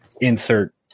insert